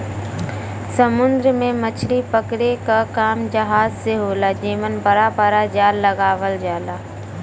समुंदर में मछरी पकड़े क काम जहाज से होला जेमन बड़ा बड़ा जाल लगावल जाला